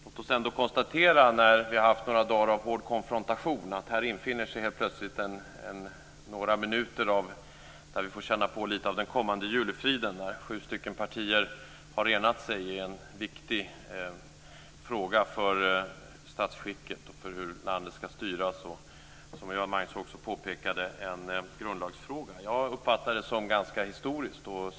Låt oss ändå konstatera, när vi har haft några dagar av hård konfrontation, att här infinner sig plötsligt några minuter där vi får känna lite av den kommande julefriden, när sju partier har enat sig i en viktig fråga för statsskicket och för hur landet ska styras. Det är också, som Göran Magnusson påpekade, en grundlagsfråga. Jag uppfattar det som ganska historiskt.